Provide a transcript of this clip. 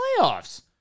playoffs